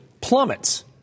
plummets